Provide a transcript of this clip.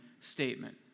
statement